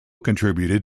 contributed